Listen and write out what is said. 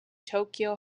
tokyo